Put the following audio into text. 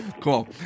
Cool